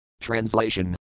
Translation